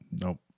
Nope